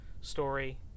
story